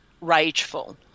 rageful